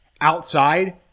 outside